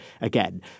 again